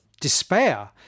despair